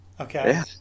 Okay